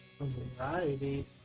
variety